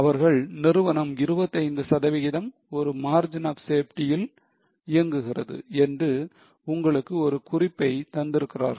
அவர்கள் நிறுவனம் 25 சதவிகிதம் ஒரு margin of safety ல் இயங்குகிறது என்று உங்களுக்கு ஒரு குறிப்பைத் தந்து இருக்கிறார்கள்